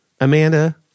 Amanda